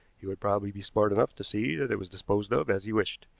he would probably be smart enough to see that it was disposed of as he wished.